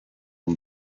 and